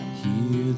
hear